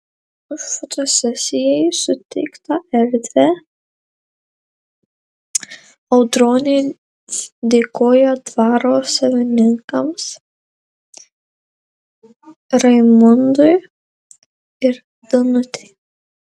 už fotosesijai suteiktą erdvę audronė dėkoja dvaro savininkams raimundui ir danutei